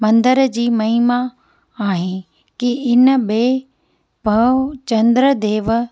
मंदर जी महिमा आहे की हिन ॿे पा चंद्र देव